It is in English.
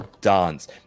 dance